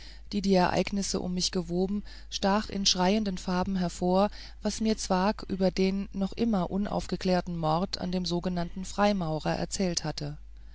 die die ereignisse um mich gewoben stach in schreienden farben hervor was mir zwakh über den noch immer unaufgeklärten mord an dem sogenannten freimaurer erzählt hatte